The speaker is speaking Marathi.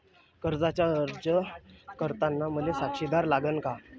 कर्जाचा अर्ज करताना मले साक्षीदार लागन का?